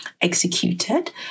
executed